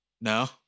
No